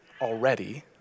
already